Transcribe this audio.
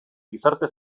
gizarte